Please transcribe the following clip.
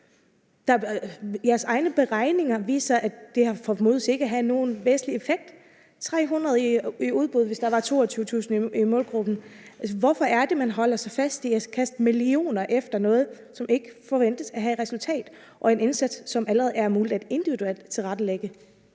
Jeres egne beregninger viser, at det ikke formodes at have nogen væsentlig effekt. Det ville være 300 i øget arbejdsudbud, hvis der var 22.000 i målgruppen. Hvorfor er det, man holder fast i at kaste millioner efter noget, som ikke forventes at give resultater, og en indsats, som det allerede er muligt at tilrettelægge